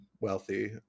wealthy